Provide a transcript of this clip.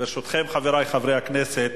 ברשותכם, חברי חברי הכנסת,